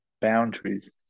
boundaries